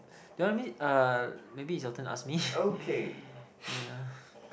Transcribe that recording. do you want me uh maybe it's your turn ask me yeah